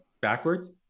backwards